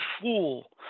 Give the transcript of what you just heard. fool